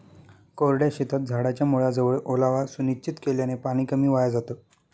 कोरड्या शेतात झाडाच्या मुळाजवळ ओलावा सुनिश्चित केल्याने पाणी कमी वाया जातं